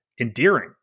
endearing